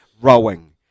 rowing